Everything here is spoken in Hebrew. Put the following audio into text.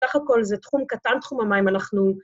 ‫סך הכול זה תחום קטן, ‫תחום המים, אנחנו...